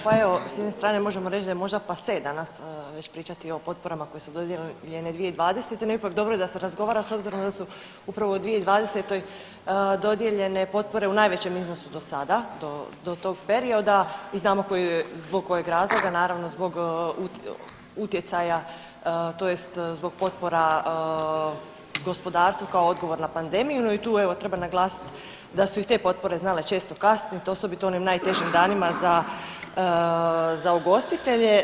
Pa evo s jedne strane možemo reći da je možda passe danas već pričati o potporama koje su dodijeljene 2020. no ipak dobro je da se razgovara s obzirom da su upravo u 2020. dodijeljene potpore u najvećem iznosu do sada, do, do tog perioda i znamo zbog kojeg razloga, naravno zbog utjecaja tj. zbog potpora gospodarstvu kao odgovor na pandemiju, no i tu evo treba naglasiti da su i te potpore znale često kasniti osobito u onim najtežim danima za, za ugostitelje.